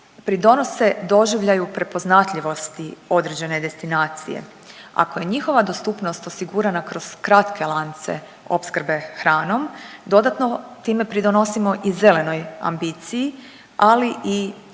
pridonose doživljaju prepoznatljivosti određene destinacije. Ako je njihova dostupnost osigurana kroz kratke lance opskrbe hranom dodatno time pridonosimo i zelenoj ambiciji, ali i zaradi